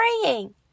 praying